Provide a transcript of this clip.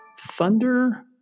Thunder